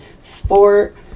sport